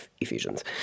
Ephesians